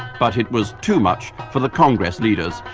but it was too much for the congress leaders,